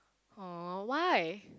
oh why